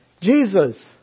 Jesus